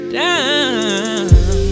down